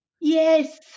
Yes